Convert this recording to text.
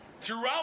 throughout